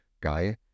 guy